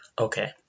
Okay